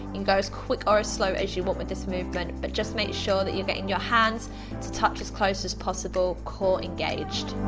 can go as quick or as slow as you want with this movement but just make sure that you're getting your hands to touch as close as possible, core engaged.